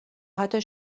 حتی